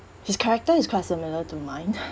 his character is quite similar to mine